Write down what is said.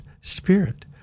spirit